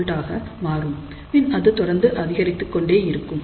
1 V ஆக மாறும் பின் இது தொடர்ந்து அதிகரித்துக் கொண்டே இருக்கும்